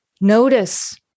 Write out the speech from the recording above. Notice